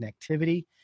connectivity